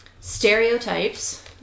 Stereotypes